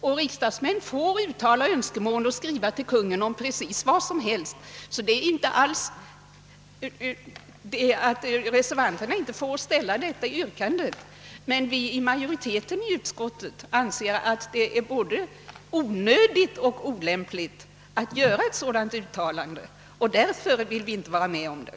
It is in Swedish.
Och riksdagsmän får uttala önskemål och skriva till Kungl. Maj:t om vad som helst, så det är inte alls så, att reservanterna inte får ställa detta yrkande, men utskottsmajoriteten anser att det är både onödigt och olämpligt att göra ett sådant uttalande och vill därför inte vara med om det.